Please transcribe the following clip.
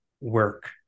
work